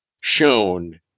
shown